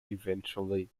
eventually